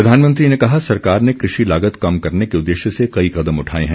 प्रधानमंत्री ने कहा सरकार ने कृषि लागत कम करने के उद्देश्य से कई कदम उठाए हैं